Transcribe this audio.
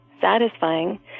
satisfying